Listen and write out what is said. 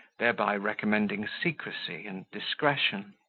thereby recommending secrecy and discretion.